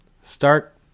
start